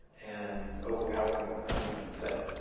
and overpowered them with guns and said,